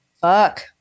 Fuck